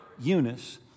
Eunice